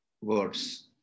words